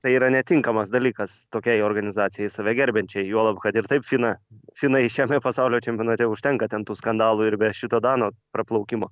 tai yra netinkamas dalykas tokiai organizacijai save gerbiančiai juolab kad ir taip fina finai šiame pasaulio čempionate užtenka ten tų skandalų ir be šito dano praplaukimo